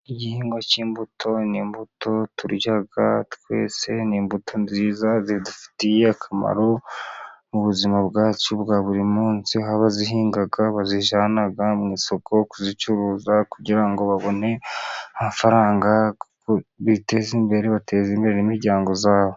Igihingwa cy'imbuto ni imbuto turya twese, ni imbuto nziza zidufitiye akamaro mu buzima bwacu bwa buri munsi. Abazihinga bazijyana mu isoko kuzicuruza kugira ngo babone amafaranga biteza imbere bateza imbere n'imiryango yabo.